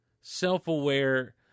self-aware